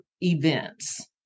events